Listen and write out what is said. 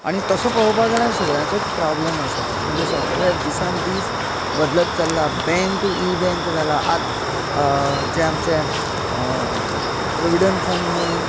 आनी तसो पळोवपा गेल्यार सगळ्याचोच प्राॅब्लम आसा तो म्हणजे साॅफ्टवेर दिसान दिस बदलत चल्ला बँक इबँक जाला जें आमचें प्राॅविडेन्ट फंड म्हण